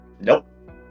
Nope